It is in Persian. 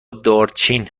دارچین